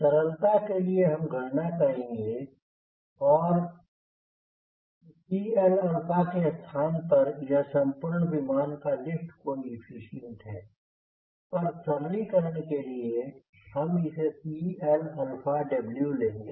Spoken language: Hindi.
सरलता के लिए हम गणना करेंगे कि CLके स्थान पर यह संपूर्ण विमान का लिफ्ट कोएफ़िशिएंट है पर सरलीकरण के लिए हम इसे CLW लेंगे